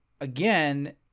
again